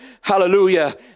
hallelujah